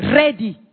ready